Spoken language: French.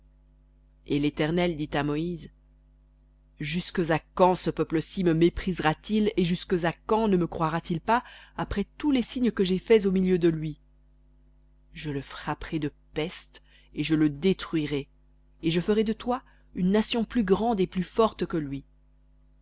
et l'éternel dit à moïse jusques à quand ce peuple ci me méprisera t il et jusques à quand ne me croira-t-il pas après tous les signes que j'ai faits au milieu de lui je le frapperai de peste et je le détruirai et je ferai de toi une nation plus grande et plus forte que lui